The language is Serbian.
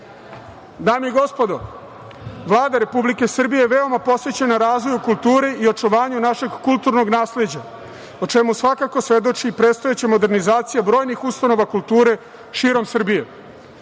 i gospodo, Vlada Republike Srbije je veoma posvećena razvoju kulture i očuvanju našeg kulturnog nasleđa, o čemu svakako svedoči predstojeća modernizacija brojnih ustanova kulture širom Srbije.